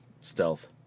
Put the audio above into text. stealth